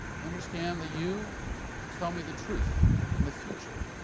i understand that you can tell me the truth and the future,